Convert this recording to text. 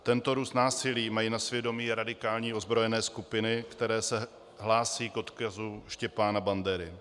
Tento růst násilí mají na svědomí radikální ozbrojené skupiny, které se hlásí k odkazu Štěpána Bandery.